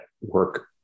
work